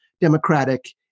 Democratic